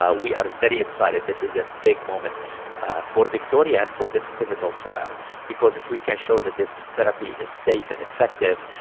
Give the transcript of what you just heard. ah we are very excited. this is a big moment for victoria and for this pivotal trial because if we can show that this therapy is safe and effective,